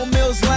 Mills